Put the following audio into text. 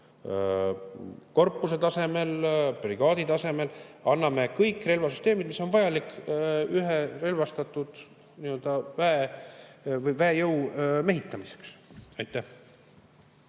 korpuse tasemel, brigaadi tasemel, anname kõik relvasüsteemid, mis on vajalikud ühe relvastatud väejõu mehitamiseks. Priit